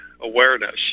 awareness